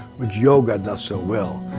which yoga does so well,